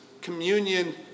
communion